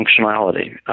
functionality